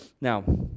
Now